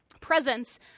Presence